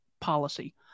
policy